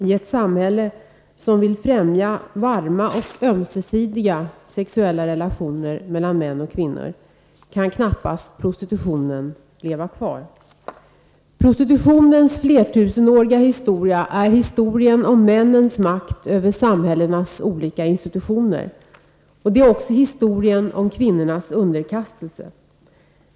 I ett samhälle som vill främja varma och ömsesidiga sexuella relationer mellan män och kvinnor kan knappast prostitutionen leva kvar. Prostitutionens flertusenåriga historia är historien om männens makt över samhällets olika institutioner. Det är ockå historien om kvinnornas underkastelse.